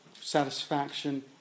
satisfaction